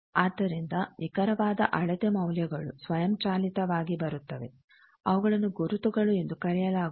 ಆದ್ದರಿಂದ ನಿಖರವಾದ ಅಳತೆ ಮೌಲ್ಯಗಳು ಸ್ವಯಂಚಾಲಿತವಾಗಿ ಬರುತ್ತವೆ ಅವುಗಳನ್ನು ಗುರುತುಗಳು ಎಂದು ಕರೆಯಲಾಗುತ್ತದೆ